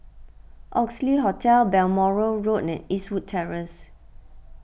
Oxley Hotel Balmoral Road and Eastwood Terrace